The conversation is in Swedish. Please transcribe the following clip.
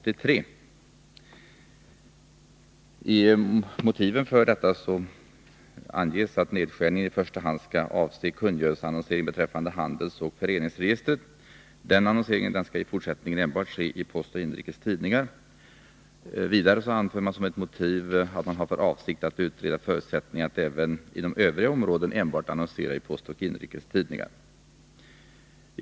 I motiven för detta anges att nedskärningen i första hand skall avse kungörelseannonsering beträffande handelsoch föreningsregister. Den annonseringen skall i fortsättningen enbart ske i Postoch Inrikes Tidningar. Vidare anför man som ett motiv att man har för avsikt att utreda förutsättningarna för att även inom övriga områden enbart annonsera i Postoch Inrikes Tidningar.